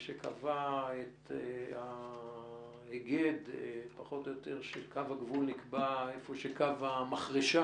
הוא קבע את ההיגד פחות או יותר שקו הגבול נקבע איפה שקו המחרשה